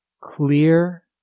clear